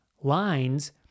lines